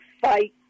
fight